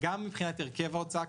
גם מבחינת הרכב ההוצאה,